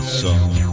song